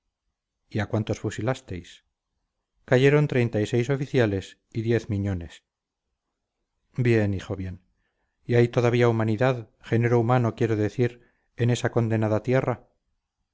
a cuántos fusilasteis cayeron treinta y tres oficiales y diez miñones bien hijo bien y hay todavía humanidad género humano quiero decir en esa condenada tierra